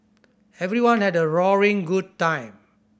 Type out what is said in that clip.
everyone had a roaring good time